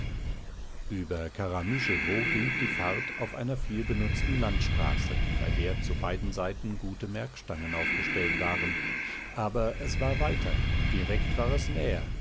über karamüschewo ging die fahrt auf einer vielbenutzten landstraße bei der zu beiden seiten gute merkstangen aufgestellt waren aber es war weiter direkt war es näher